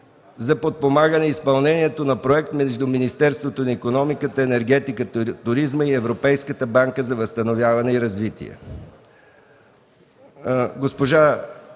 за подпомагане изпълнението на проект между Министерството на икономиката, енергетиката и туризма и Европейската банка за възстановяване и развитие. Госпожа